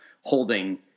holding